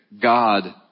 God